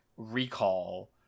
recall